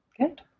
Good